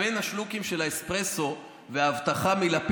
אנחנו מחכים באמת בין השלוקים של האספרסו וההבטחה מלפיד,